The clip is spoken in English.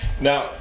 Now